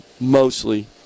mostly